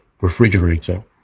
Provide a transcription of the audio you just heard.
refrigerator